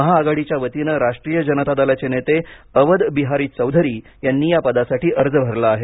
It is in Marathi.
महाआघाडीच्या वतीनं राष्ट्रीय जनता दलाचे नेते अवध बिहारी चौधरी यांनी या पदासाठी अर्ज भरला आहे